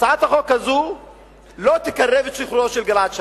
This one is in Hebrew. הצעת החוק הזאת לא תקרב את שחרורו של גלעד שליט.